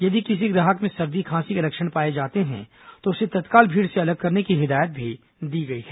यदि किसी ग्राहक में सर्दी खांसी के लक्षण पाए जाते हो तो उसे तत्काल भीड़ से अलग करने की हिदायत भी दी गई है